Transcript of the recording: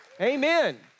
Amen